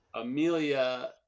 Amelia